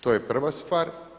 To je prva stvar.